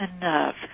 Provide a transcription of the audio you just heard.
enough